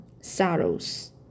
sorrows